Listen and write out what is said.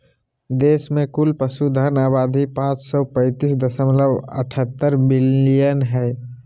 देश में कुल पशुधन आबादी पांच सौ पैतीस दशमलव अठहतर मिलियन हइ